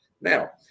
Now